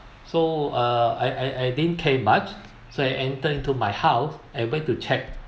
so uh I I I didn't care much so I entered into my house and went to check